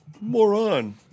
moron